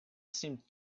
seemed